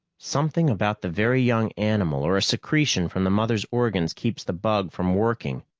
something about the very young animal or a secretion from the mother's organs keeps the bug from working.